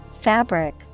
fabric